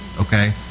Okay